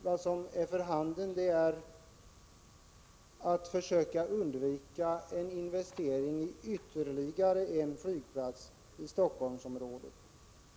Vad som är för handen är att försöka undvika en investering i ytterligare en flygplats i Helsingforssområdet.